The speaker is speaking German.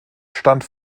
stand